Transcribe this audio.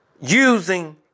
Using